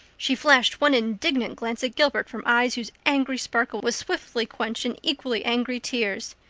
she flashed one indignant glance at gilbert from eyes whose angry sparkle was swiftly quenched in equally angry tears.